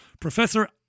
Professor